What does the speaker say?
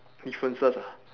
differences ah